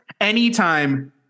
Anytime